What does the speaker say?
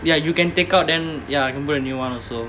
ya you can take out then ya can put a new one also